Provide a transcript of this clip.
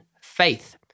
faith